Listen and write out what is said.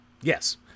Yes